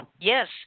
Yes